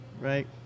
right